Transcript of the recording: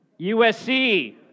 USC